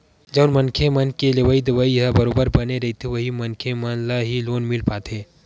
जउन मनखे के लेवइ देवइ ह बरोबर बने रहिथे उही मनखे मन ल ही लोन मिल पाथे